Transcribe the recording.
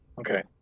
okay